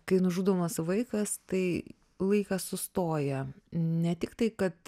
kai nužudomas vaikas tai laikas sustoja ne tik tai kad